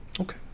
Okay